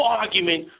argument